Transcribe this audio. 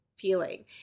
feeling